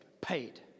paid